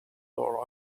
door